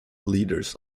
leaders